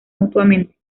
mutuamente